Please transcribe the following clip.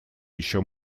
еще